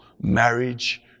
marriage